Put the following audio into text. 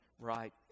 right